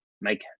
make